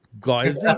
guys